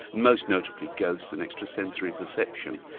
most notably ghosts and extrasensory perception.